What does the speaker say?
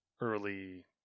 Early